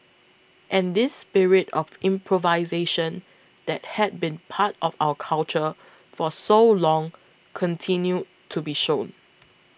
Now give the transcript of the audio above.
and this spirit of improvisation that had been part of our culture for so long continued to be shown